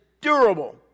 durable